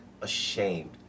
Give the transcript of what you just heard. ashamed